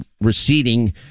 receding